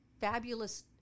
fabulous